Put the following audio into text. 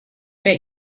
bet